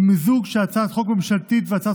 שהיא מיזוג של הצעת חוק ממשלתית ושל הצעת